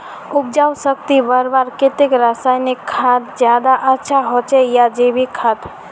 उपजाऊ शक्ति बढ़वार केते रासायनिक खाद ज्यादा अच्छा होचे या जैविक खाद?